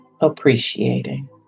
appreciating